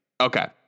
Okay